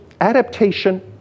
adaptation